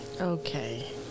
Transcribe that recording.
okay